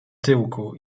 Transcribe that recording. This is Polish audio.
tyłku